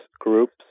groups